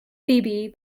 phoebe